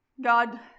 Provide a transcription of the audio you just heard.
God